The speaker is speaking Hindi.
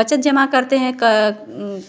बचत जमा करते हैं